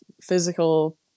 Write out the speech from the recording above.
physical